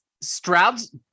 Stroud's